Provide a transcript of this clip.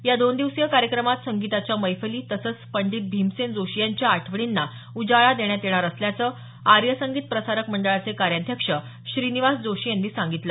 या दोन दिवसीय कार्यक्रमात संगीताच्या मैफली तसचं पंडीत भिमसेन जोशी यांच्या आठवणींना उजाळा देण्यात येणार असल्याचं आर्य संगीत प्रसारक मंडळाचे कार्याध्यक्ष श्रीनिवास जोशी यांनी सांगितलं